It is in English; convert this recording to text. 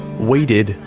we did,